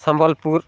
Sambalpur